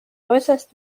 äußerst